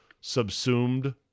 subsumed